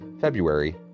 February